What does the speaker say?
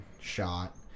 shot